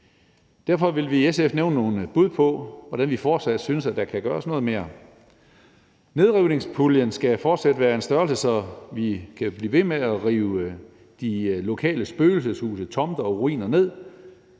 Derfor vil vi i SF nævne nogle bud på, hvordan vi fortsat synes at der kan gøres noget mere. Nedrivningspuljen skal fortsat være af en størrelse, så vi kan blive ved med at rive de lokale spøgelseshuse, tomter og ruiner ned.